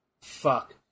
Fuck